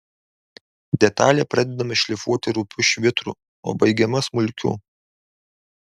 detalė pradedama šlifuoti rupiu švitru o baigiama smulkiu